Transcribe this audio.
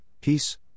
peace